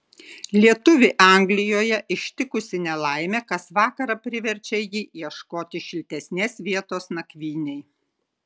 lietuvį anglijoje ištikusi nelaimė kas vakarą priverčia jį ieškoti šiltesnės vietos nakvynei